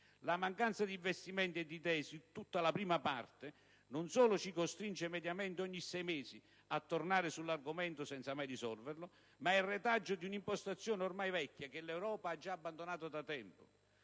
La mancanza di investimenti e di idee su tutta la prima parte non solo ci costringe mediamente ogni sei mesi a tornare sull'argomento senza mai risolverlo, ma è retaggio di una impostazione ormai vecchia che l'Europa ha già abbandonato da tempo.